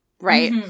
right